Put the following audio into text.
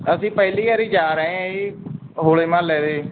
ਅਸੀਂ ਪਹਿਲੀ ਵਾਰ ਜਾ ਰਹੇ ਹਾਂ ਜੀ ਹੋਲੇ ਮਹੱਲੇ 'ਤੇ